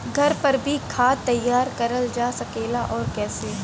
घर पर भी खाद तैयार करल जा सकेला और कैसे?